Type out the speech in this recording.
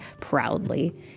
proudly